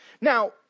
Now